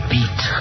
Beat